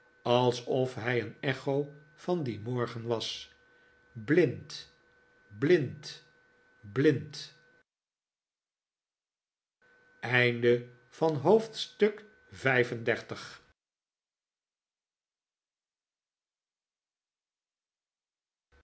alsof hij een echo van dien morgen was blind blind blind hoofdstuk